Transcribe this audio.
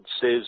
says